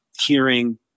hearing